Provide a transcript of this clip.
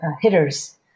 Hitters